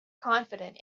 confident